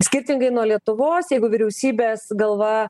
skirtingai nuo lietuvos jeigu vyriausybės galva